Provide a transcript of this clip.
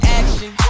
action